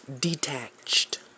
detached